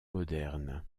modernes